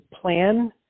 plan